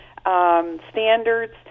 standards